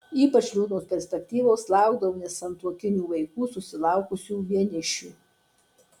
ypač liūdnos perspektyvos laukdavo nesantuokinių vaikų susilaukusių vienišių